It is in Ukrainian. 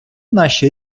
наші